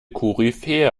koryphäe